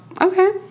okay